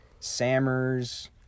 Sammers